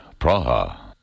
Praha